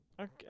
Okay